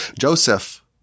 Joseph